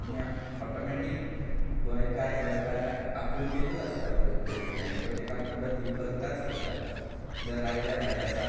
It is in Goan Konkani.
आमी ऑटोमॅटिक गोंयकार गोंयकाराक आपुलकेनुच आसता पळय पळोवपी आनी तो तेका मदत करताच करता जर राज्या भायर आसा